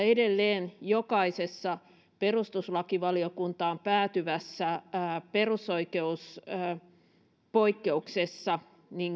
edelleen jokaisessa perustuslakivaliokuntaan päätyvässä perusoikeuspoikkeuksessa